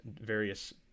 various